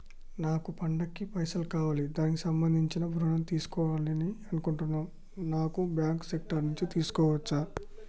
నాకు పండగ కి పైసలు కావాలి దానికి సంబంధించి ఋణం తీసుకోవాలని అనుకుంటున్నం నాన్ బ్యాంకింగ్ సెక్టార్ నుంచి తీసుకోవచ్చా?